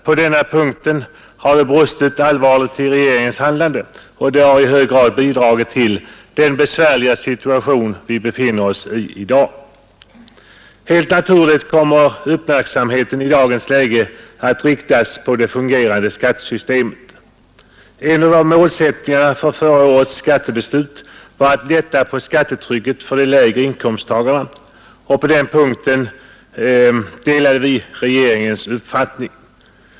På den punkten har det brustit allvarligt i regeringens handlande, och detta har i hög grad bidragit till den ganska besvärliga situation som vi i dag befinner oss i. Helt naturligt kommer uppmärksamheten i dagens läge att riktas på det fungerande skattesystemet. En av målsättningarna för förra årets skattebeslut var att lätta på skattetrycket för de lägre inkomsttagarna. På den punkten delade vi regeringens uppfattning.